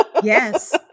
Yes